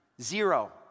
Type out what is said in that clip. Zero